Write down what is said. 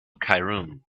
cairum